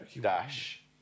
dash